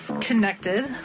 connected